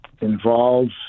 involves